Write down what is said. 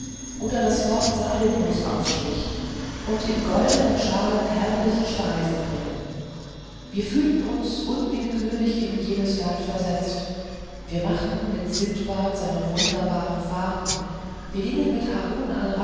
oder das wort salomos ausspricht und in goldenen schalen herrliche speisen bringen wir fühlten uns unwillkürlich in jenes land versetzt wir machten mit sindbad seine wunderbaren fahrten wir gingen mit harun